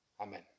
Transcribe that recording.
Amen